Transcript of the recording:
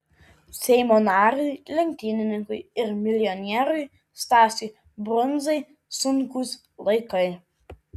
seimo nariui lenktynininkui ir milijonieriui stasiui brundzai sunkūs laikai